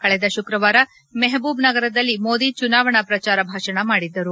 ಕಳೆದ ಶುಕ್ರವಾರ ಮೆಹಬೂಬ್ನಗರದಲ್ಲಿ ಮೋದಿ ಚುನಾವಣಾ ಪ್ರಚಾರ ಭಾಷಣ ಮಾಡಿದ್ದರು